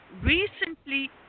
recently